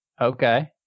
Okay